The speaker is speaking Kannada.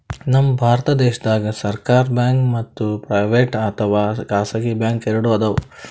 ನಮ್ ಭಾರತ ದೇಶದಾಗ್ ಸರ್ಕಾರ್ ಬ್ಯಾಂಕ್ ಮತ್ತ್ ಪ್ರೈವೇಟ್ ಅಥವಾ ಖಾಸಗಿ ಬ್ಯಾಂಕ್ ಎರಡು ಅದಾವ್